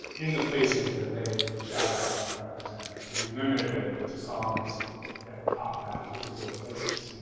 in the places that they shout out or represent. so we've limited it to songs that talk about particular places.